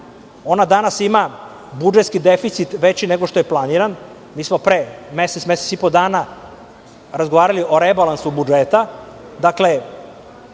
Ona danas ima budžetski deficit veći nego što je planiran. Mi smo pre mesec, mesec i po dana razgovarali o rebalansu budžeta.